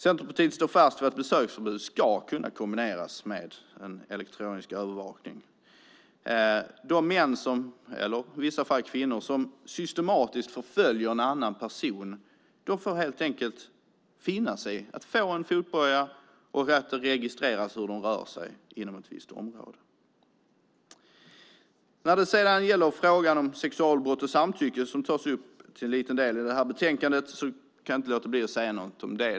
Centerpartiet står fast vid att besöksförbud ska kunna kombineras med elektronisk övervakning. De män, eller i vissa fall kvinnor, som systematiskt förföljer en annan person får helt enkelt finna sig i att få en fotboja och att det registreras hur de rör sig inom ett visst område. När det sedan gäller frågan om sexualbrott och samtycke, vilket till en liten del tas upp i betänkandet, kan jag inte låta bli att säga något om det.